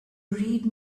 read